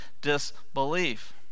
disbelief